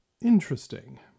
interesting